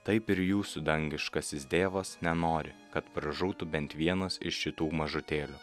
taip ir jūsų dangiškasis dėvas nenori kad pražūtų bent vienas iš šitų mažutėlių